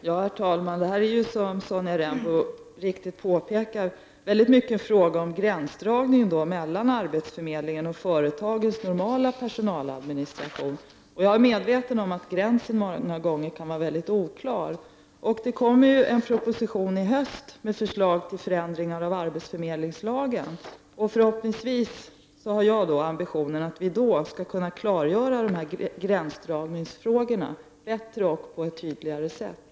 Herr talman! Här är det, som Sonja Rembo mycket riktigt påpekar, väldigt mycket en fråga om gränsdragning mellan arbetsförmedlingen och företagens normala personaladministration. Jag är medveten om att den gränsen många gånger är väldigt oklar. Men det kommer ju en proposition i höst med förslag till förändringar av arbetsförmedlingslagen. Förhoppningsvis — för den ambitionen har jag — kan vi då både bättre och på ett tydligare sätt klargöra hur det förhåller sig med de här gränsdragningsfrågorna.